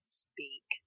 speak